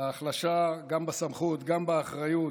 החלשה גם בסמכות, גם באחריות,